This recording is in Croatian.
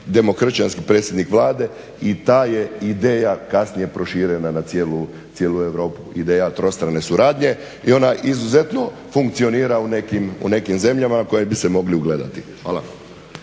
demokršćanski predsjednik Vlade i ta je ideja kasnije proširena na cijelu Europu, ideja trostrane suradnje i ona izuzetno funkcionira u nekim zemljama u koje bi se mogli ugledati. Hvala.